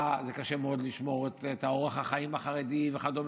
קשה מאוד לשמור את אורח החיים החרדי וכדומה,